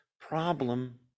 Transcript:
problem